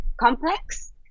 complex